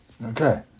Okay